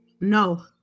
No